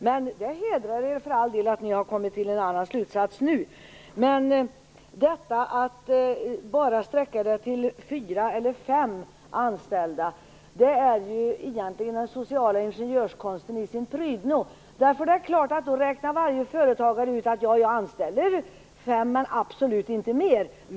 Men det hedrar er för all del att ni nu har kommit fram till en annan slutsats. Att bara låta detta omfatta företag med fyra eller fem anställda är egentligen social ingenjörskonst i sin prydno. Då räknar varje företagare naturligtvis ut att man skall anställa fem men absolut inte fler.